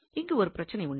இங்கு ஒரு பிரச்சனை உண்டு